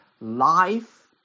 life